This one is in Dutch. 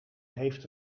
heeft